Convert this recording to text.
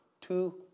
two